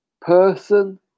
person